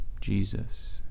Jesus